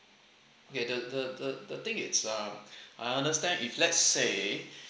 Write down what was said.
okay the the the the thing is uh I understand if let's say